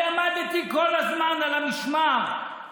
אני עמדתי כל הזמן על המשמר,